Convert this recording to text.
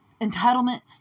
entitlement